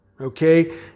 Okay